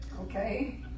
Okay